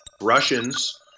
Russians